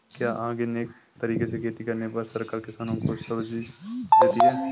क्या ऑर्गेनिक तरीके से खेती करने पर सरकार किसानों को सब्सिडी देती है?